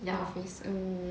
in office mm